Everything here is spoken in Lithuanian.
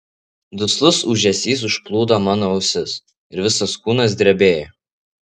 duslus ūžesys užplūdo mano ausis ir visas kūnas drebėjo